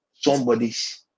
somebody's